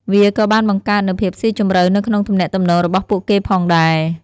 វាក៏បានបង្កើតនូវភាពស៊ីជម្រៅនៅក្នុងទំនាក់ទំនងរបស់ពួកគេផងដែរ។